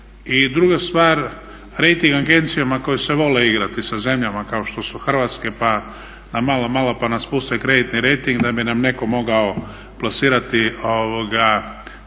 i druga stvar rejting agencijama koje se vole igrati sa zemljama kao što je Hrvatska pa nam malo, malo spuste kreditni rejting da bi nam netko mogao plasirati skuplje